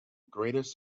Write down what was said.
greatest